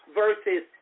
versus